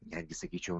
netgi sakyčiau